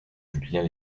julien